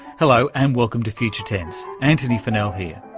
hello and welcome to future tense, antony funnell here.